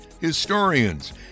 historians